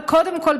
אבל קודם כול,